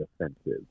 offensive